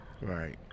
Right